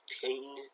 king